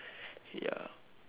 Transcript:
ya